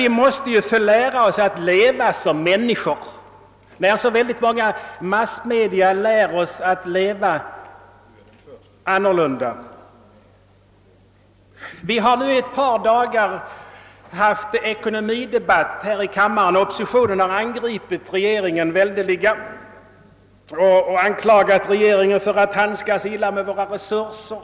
Vi måste få lära oss att leva som människor, när så många massmedia lär oss att leva annorlunda. Vi har nu här i kammaren under ett par dagar fört en allmänekonomisk debatt, under vilken oppositionen har angripit regeringen och anklagat den för att handskas illa med våra resurser.